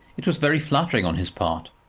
it was very flattering on his part.